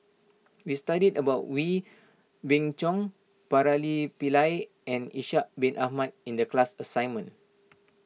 we studied about Wee Beng Chong Pillai and Ishak Bin Ahmad in the class assignment